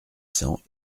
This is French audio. cents